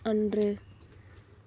அன்று